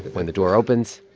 when the door opens,